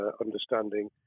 understanding